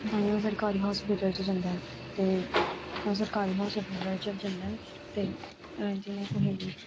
ताइयों सरकारी हास्पिटलस च जंदे न ते ओह् सरकारी हास्पिटलस च जंदे न ते जियां कुहै गी